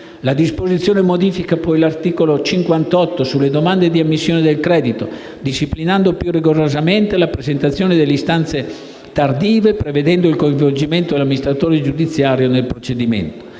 La disposizione modifica poi l'articolo 58, sulle domande di ammissione del credito, disciplinando più rigorosamente la presentazione delle istanze tardive, prevedendo il coinvolgimento dell'amministratore giudiziario nel procedimento.